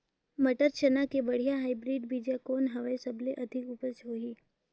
मटर, चना के बढ़िया हाईब्रिड बीजा कौन हवय? सबले अधिक उपज होही?